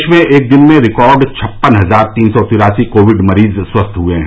देश में एक दिन में रिकार्ड छप्पन हजार तीन सौ तिरासी कोविड मरीज स्वस्थ हुए हैं